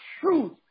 truth